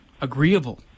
agreeable